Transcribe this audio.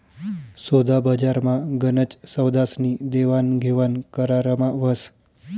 सोदाबजारमा गनच सौदास्नी देवाणघेवाण करारमा व्हस